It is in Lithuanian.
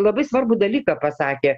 labai svarbų dalyką pasakė